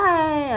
yeah yeah